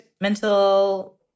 mental